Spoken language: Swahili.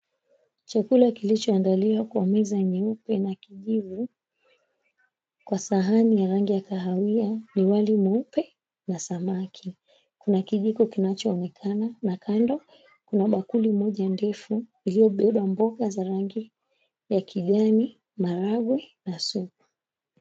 Chakula kilichoandaliwa kwa meza nyeupe na kijivu kwa sahani ya rangi ya kahawia ni wali mweupe na samaki. Kuna kijiko kinachoonekana na kando kuna bakuli moja ndefu iliyobeba mboga za rangi ya kijani, maharagwe na supu.